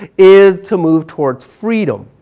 is to move towards freedom.